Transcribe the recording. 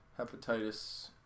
Hepatitis